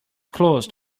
closed